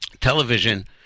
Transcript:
Television